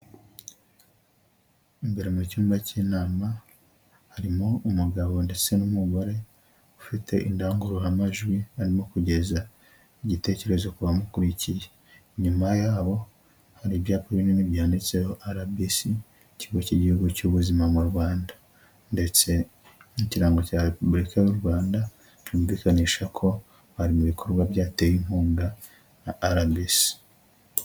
Imbere mu cyumba cy'inama harimo umugabo ndetse n'umugore ufite indangururamajwi, arimo kugeza igitekerezo ku bamukurikiye. Inyuma yaho hari ibyapa binini byanditseho RBC, ikigo cy'igihugu cy'ubuzima mu Rwanda ndetse n'ikirango cya Repubulika y'u Rwanda, cyumvikanisha ko bari mu ibikorwa byatewe inkunga na RBC.